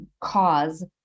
cause